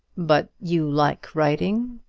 but you like writing?